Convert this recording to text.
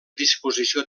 disposició